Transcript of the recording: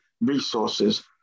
resources